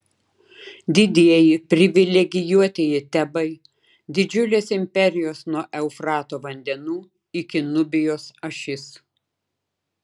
didieji privilegijuotieji tebai didžiulės imperijos nuo eufrato vandenų iki nubijos ašis